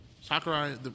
Sakurai